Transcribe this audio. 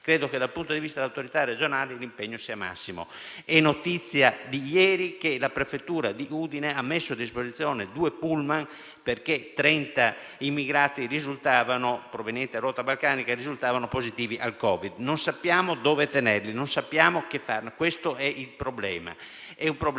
Credo che dal punto di vista delle autorità regionali l'impegno sia massimo. È notizia di ieri che la prefettura di Udine ha messo a disposizione due pullman perché trenta immigrati provenienti dalla rotta balcanica risultavano positivi al Covid. Non sappiamo dove tenerli, non sappiamo che farne. Questo è il problema.